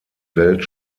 welt